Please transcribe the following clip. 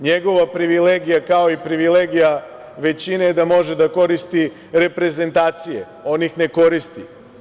Njegova privilegija je kao i privilegija većine da može da koristi reprezentacije, on ih ne koristi.